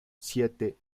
siete